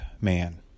man